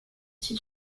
dit